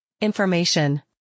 Information